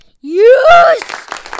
Yes